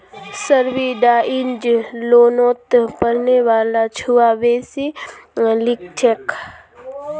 subsidised लोनोत पढ़ने वाला छुआ बेसी लिछेक